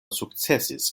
sukcesis